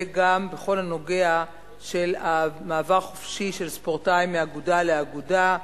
וגם בכל הנוגע למעבר חופשי של ספורטאי מאגודה לאגודה,